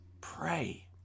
pray